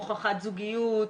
הוכחת זוגיות,